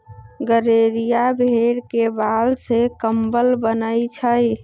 गड़ेरिया भेड़ के बाल से कम्बल बनबई छई